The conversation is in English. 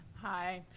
hi.